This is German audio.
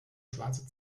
schwarze